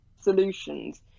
solutions